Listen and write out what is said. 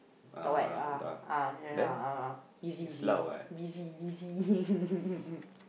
talk what ah ah ya lah ah ah easy easy busy busy